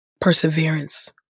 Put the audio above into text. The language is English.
perseverance